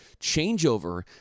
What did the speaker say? changeover